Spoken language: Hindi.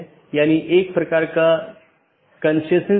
अगला राउटर 3 फिर AS3 AS2 AS1 और फिर आपके पास राउटर R1 है